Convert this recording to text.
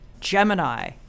Gemini